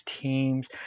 teams